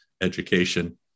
education